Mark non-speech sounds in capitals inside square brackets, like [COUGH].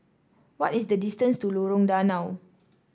what is the distance to Lorong Danau [NOISE]